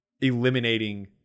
eliminating